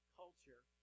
culture